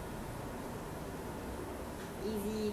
ah then dizzy then